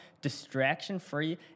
distraction-free